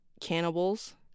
cannibals